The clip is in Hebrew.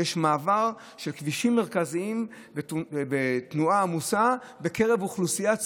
שיש מעבר של כבישים מרכזיים ותנועה עמוסה בקרב אוכלוסייה צפופה.